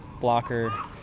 blocker